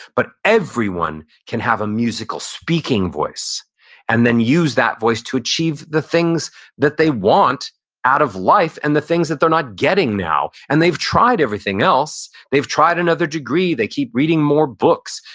but everyone can have a musical speaking voice and then use that voice to achieve the things that they want out of life and the things that they're not getting now. and they've tried everything else. they've tried another degree. they keep reading more books,